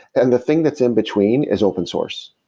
and the thing that's in between is open source.